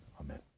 Amen